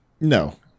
No